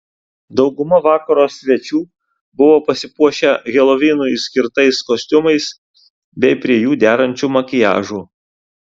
dauguma vakaro svečių buvo pasipuošę helovinui skirtais kostiumais bei prie jų derančiu makiažu